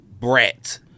brat